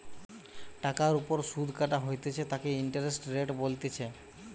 টাকার ওপর সুধ কাটা হইতেছে তাকে ইন্টারেস্ট রেট বলতিছে